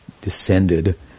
descended